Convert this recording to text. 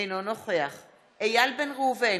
אינו נוכח איל בן ראובן,